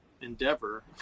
endeavor